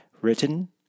written